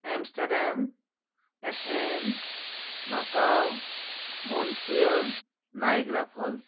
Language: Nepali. Amsterdam Athens Macau Montreal Niagara falls